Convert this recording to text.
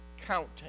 counting